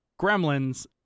Gremlins